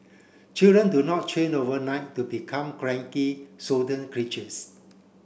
children do not change overnight to become cranky creatures